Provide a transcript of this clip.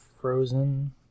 Frozen